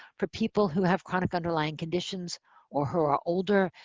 for people who have chronic underlying conditions or who are older,